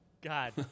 God